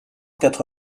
quatre